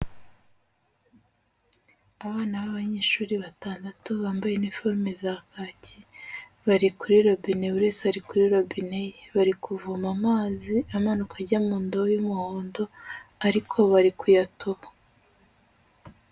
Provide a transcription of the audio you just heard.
Abana b'abanyeshuri batandatu bambaye iniforume za kacyi, bari kuri robine, buri wese ari kuri robine ye, bari kuvoma amazi amanuka ajya mu ndobo y'umuhondo, ariko bari kuyatoba.